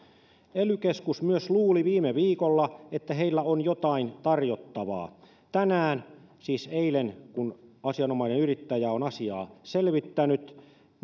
ely keskus myös luuli viime viikolla että heillä on jotain tarjottavaa tänään siis eilen kun asianomainen yrittäjä on asiaa selvittänyt